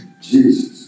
Jesus